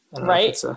right